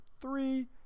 three